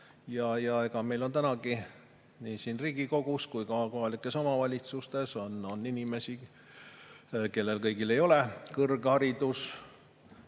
Meil on tänagi nii siin Riigikogus kui ka kohalikes omavalitsustes inimesi, kellel ei ole kõrgharidust.